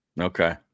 Okay